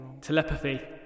Telepathy